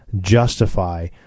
justify